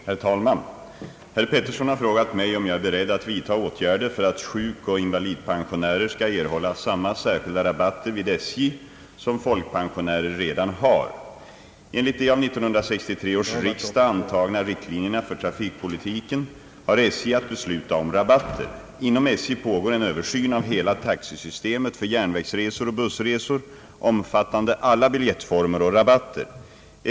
Herr talman! Herr Peterson har frågat mig om jag är beredd att vidta åtgärder för att sjukoch invalidpensionärer skall erhålla samma särskilda rabatter vid SJ som folkpensionärer redan har. Enligt de av 1963 års riksdag antagna riktlinjerna för trafikpolitiken har SJ att besluta om rabatter. Inom SJ pågår en översyn av hela taxesystemet för järnvägsresor och bussresor omfattande alla biljettformer och rabatter.